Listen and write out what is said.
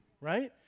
right